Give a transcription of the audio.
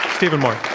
stephen moore. now,